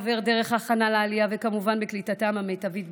עבור דרך ההכנה לעלייה וכמובן בקליטתם המיטבית בארץ.